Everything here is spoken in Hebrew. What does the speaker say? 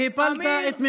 ידידי עמיר פרץ,